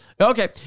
Okay